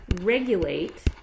regulate